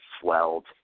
swelled